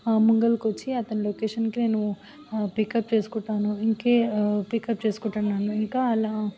ముంగలికి వచ్చి అతని లొకేషన్కి నేను పికప్ చేసుకుంటాను ఇంకే పికప్ చేసుకుంటాడు నన్ను ఇంకా అలా